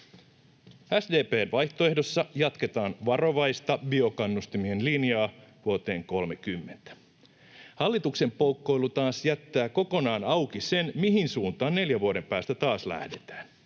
SDP:n vaihtoehdossa jatketaan varovaista biokannustimien linjaa vuoteen 30. Hallituksen poukkoilu taas jättää kokonaan auki sen, mihin suuntaan neljän vuoden päästä taas lähdetään.